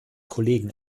kollegen